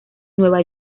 nueva